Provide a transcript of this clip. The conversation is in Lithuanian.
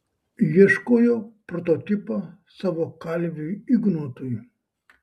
ieškojo prototipo savo kalviui ignotui